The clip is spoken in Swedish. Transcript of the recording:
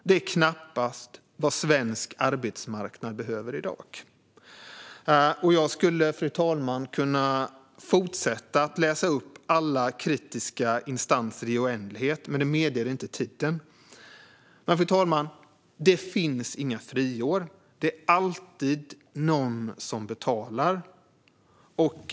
Det är knappast vad svensk arbetsmarknad behöver i dag. Jag skulle kunna fortsätta läsa upp kritiska instanser i oändlighet, men det medger inte tiden. Fru talman! Det finns inga friår. Det är alltid någon som betalar.